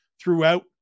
throughout